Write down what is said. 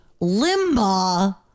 Limbaugh